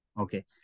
Okay